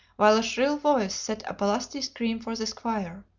while a shrill voice set up a lusty scream for the squire.